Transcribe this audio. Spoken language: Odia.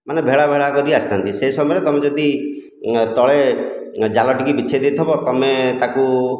ମାନେ ଭେଳା ଭେଳା କରି ଆସିଥାନ୍ତି ସେଇ ସମୟରେ ତୁମେ ଯଦି ତଳେ ଜାଲଟିକୁ ବିଛାଇ ଦେଇଥିବ ତୁମେ ତାକୁ